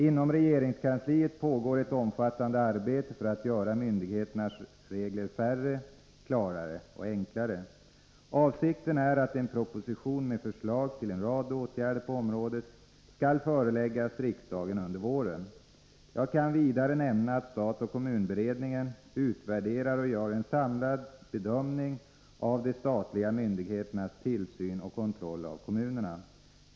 Inom regeringskansliet pågår ett omfattande arbete för att göra myndigheternas regler färre, klarare och enklare. Avsikten är att en proposition med förslag till en rad åtgärder på området skall föreläggas riksdagen under våren. Jag kan vidare nämna att stat-kommun-beredningen utvärderar och gör en samlad bedömning av de statliga myndigheternas tillsyn och kontroll av kommunerna.